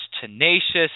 tenacious